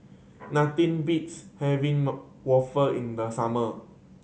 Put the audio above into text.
nothing beats having waffle in the summer